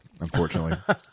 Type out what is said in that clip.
unfortunately